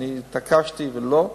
ואני התעקשתי ואמרתי: לא,